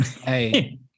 Hey